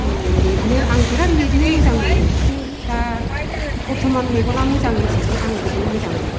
लिरनो आं बिराथ लिरनो मोजां मोनो खिन्थु दा बरथ'मान मेगना मोजां हिसाबै आं लिरनो मोजां मोनो